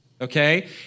okay